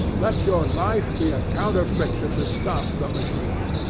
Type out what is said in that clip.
let your life be a counter-friction to stop the machine.